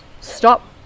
stop